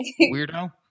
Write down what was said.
Weirdo